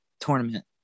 tournament